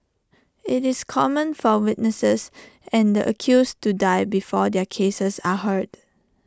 IT is common for witnesses and the accused to die before their cases are heard